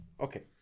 Okay